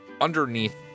underneath